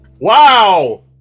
Wow